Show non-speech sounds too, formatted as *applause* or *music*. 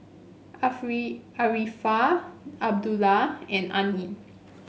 *unintelligible* Arifa Abdullah and Ain